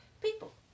people